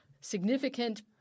significant